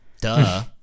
Duh